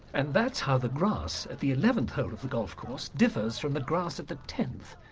and that's how the grass at the eleventh hole of the golf course differs from the grass at the tenth.